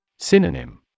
Synonym